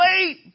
wait